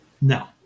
No